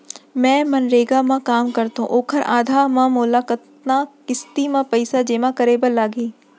मैं मनरेगा म काम करथो, ओखर आधार म मोला कतना किस्ती म पइसा जेमा करे बर लागही?